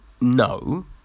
no